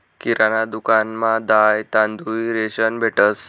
किराणा दुकानमा दाय, तांदूय, रेशन भेटंस